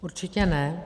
Určitě ne.